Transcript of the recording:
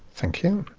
thank you.